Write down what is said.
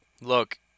look